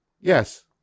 Yes